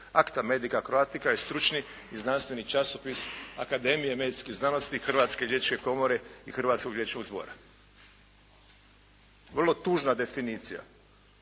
"Akta Medika Croatika" je stručni i znanstveni časopis Akademije medicinske znanosti, Hrvatske liječničke komore i Hrvatskog liječničkog zbora. Vrlo tužna definicija.